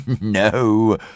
no